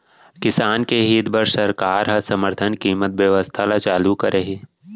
किसान के हित बर सरकार ह समरथन कीमत बेवस्था ल चालू करे हे